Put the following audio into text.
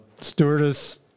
stewardess